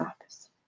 office